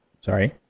Sorry